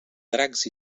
dracs